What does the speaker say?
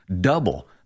Double